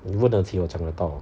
你问的题我讲得到